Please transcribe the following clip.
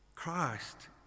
Christ